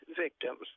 victims